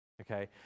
okay